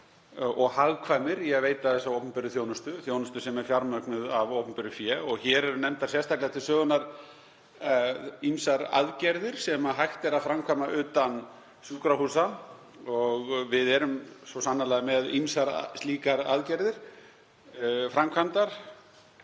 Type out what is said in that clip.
og hagkvæmir í að veita þessa opinberu þjónustu, þjónustu sem er fjármögnuð af opinberu fé. Hér eru nefndar sérstaklega til sögunnar ýmsar aðgerðir sem hægt er að framkvæma utan sjúkrahúsa og við erum svo sannarlega með ýmsar slíkar aðgerðir framkvæmdar.